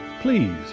please